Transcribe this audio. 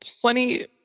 plenty